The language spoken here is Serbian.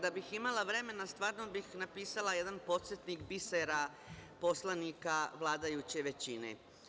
Kada bih imala vremena, stvarno bih napisala jedan podsetnik bisera poslanika vladajuće većine.